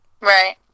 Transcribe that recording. Right